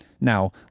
Now